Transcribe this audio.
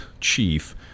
chief